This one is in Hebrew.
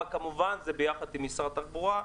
אבל כמובן זה ביחד עם משרד התחבורה,